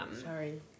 sorry